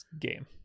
game